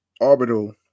orbital